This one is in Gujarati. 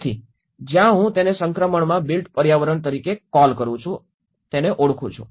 તેથી તે છે જ્યાં હું તેને સંક્રમણમાં બિલ્ટ પર્યાવરણ તરીકે કોલ કરું છું